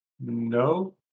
no